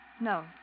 No